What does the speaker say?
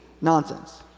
nonsense